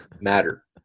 Matter